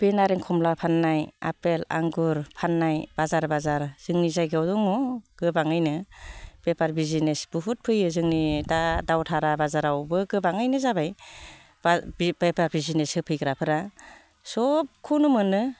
बे नारेंखमला फाननाय आफेल आंगुर फाननाय बाजार बाजार जोंनि जायगायाव दङ गोबाङैनो बेफार बिजिनेस बहुद फैयो जोंनि दा दावथारा बाजारावबो गोबाङैनो जाबाय बे बायबा बिजिनेस होफैग्राफ्रा सबखौनो मोनो